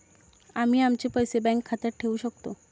आम्ही आमचे पैसे बँक खात्यात ठेवू शकतो